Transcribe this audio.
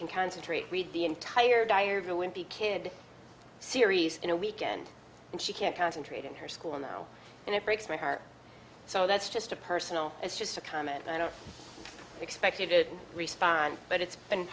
can concentrate read the entire diary of a wimpy kid series in a weekend and she can't concentrate in her school now and it breaks my heart so that's just a personal it's just a comment i don't expect you to respond but it's been